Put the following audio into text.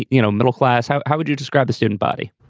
you know, middle class. how how would you describe the student body?